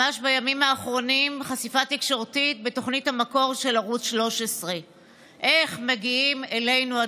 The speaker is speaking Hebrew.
אני שואל מה